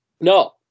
No